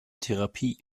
therapie